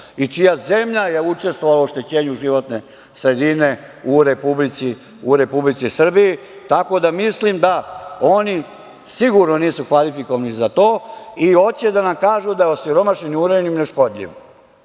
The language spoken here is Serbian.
i čija zemlja je učestvovala u oštećenju životne sredine u Republici Srbiji. Tako da mislim da oni sigurno nisu kvalifikovani za to i hoće da nam kažu da je osiromašeni uranijum neškodljiv,